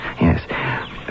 Yes